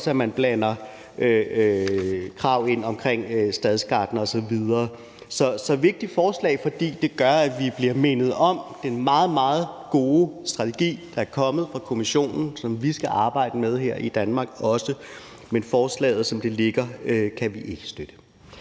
stadsgartnere osv. ind i forslaget. Så det er et vigtigt forslag, fordi det gør, at vi bliver mindet om den meget, meget gode strategi, der er kommet fra Kommissionen, som vi også skal arbejde med her i Danmark. Men forslaget, som det ligger, kan vi ikke støtte.